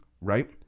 Right